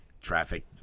traffic